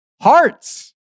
hearts